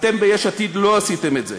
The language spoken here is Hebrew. אתם ביש עתיד לא עשיתם את זה,